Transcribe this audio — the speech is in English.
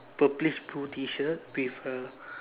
purplish T shirt with a